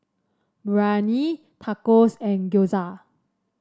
Biryani Tacos and Gyoza